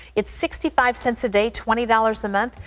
it's sixty five cents a day, twenty dollars a month.